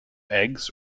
eggs